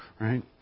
right